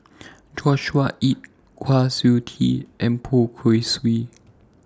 Joshua Ip Kwa Siew Tee and Poh Kay Swee